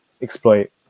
exploit